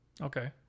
Okay